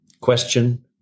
Question